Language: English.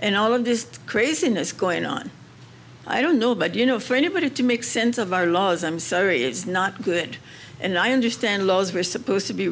and all of this craziness going on i don't know but you know for anybody to make sense of our laws i'm sorry it's not good and i understand laws were supposed to be